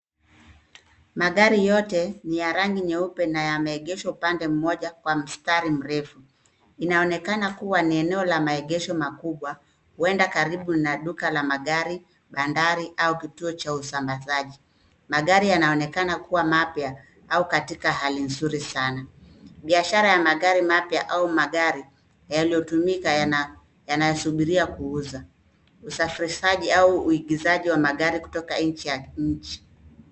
Magari yote ni ya rangi nyeupe, yameegeshwa upande mmoja kwa mstari mrefu. Inaonekana kuwa eneo la maegesho makubwa, huenda karibu na duka la magari, bandari, au kituo cha usambazaji. Magari yanaonekana kuwa mapya au katika hali nzuri sana. Biashara ya magari mapya au magari yaliyotumika inasubiri kuuzwa. Usafirishaji au uingizaji wa magari kutoka nchi za mbali.